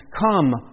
come